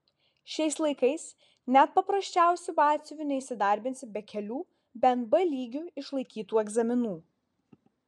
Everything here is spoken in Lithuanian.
šiais laikais net paprasčiausiu batsiuviu neįsidarbinsi be kelių bent b lygiu išlaikytų egzaminų